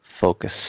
focus